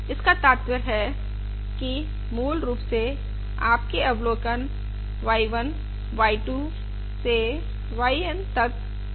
इसका तात्पर्य है कि मूल रूप से आपके अवलोकन y 1 y 2 से yN तक भी स्वतंत्र हैं